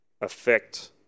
affect